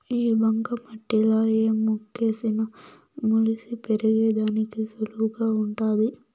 ఈ బంక మట్టిలా ఏ మొక్కేసిన మొలిసి పెరిగేదానికి సులువుగా వుంటాది